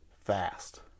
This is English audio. fast